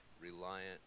reliant